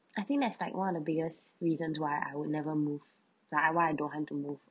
I think that is like one of the biggest reasons why I would never move like I want don't want to move